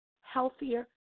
healthier